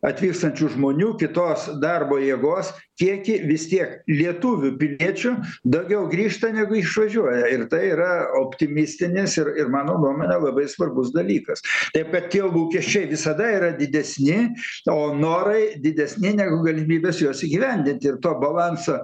atvykstančių žmonių kitos darbo jėgos kiekį vis tiek lietuvių piliečių daugiau grįžta negu išvažiuoja ir tai yra optimistinis ir ir mano nuomone labai svarbus dalykas taip kad tie lūkesčiai visada yra didesni o norai didesni negu galimybės juos įgyvendinti ir to balansą